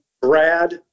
Brad